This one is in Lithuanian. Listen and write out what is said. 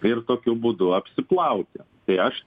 ir tokiu būdu apsiplauti tai aš